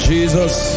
Jesus